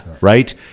Right